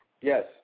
Yes